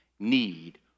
need